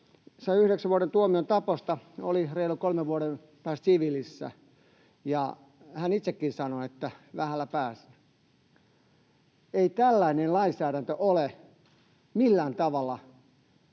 yhdeksän vuoden tuomion taposta, oli reilun kolmen vuoden päästä siviilissä, ja hän itsekin sanoi, että vähällä pääsi. Ei tällainen lainsäädäntö ole millään tavalla